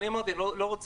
ואני אמרתי שאני לא רוצה.